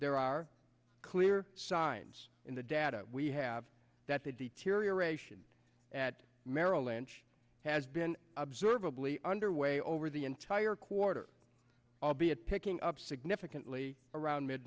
there are clear signs in the data we have that the detour your ration at merrill lynch has been observably underway over the entire quarter albeit picking up significantly around mid